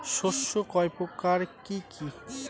শস্য কয় প্রকার কি কি?